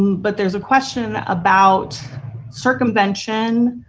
but there is a question about circumvention,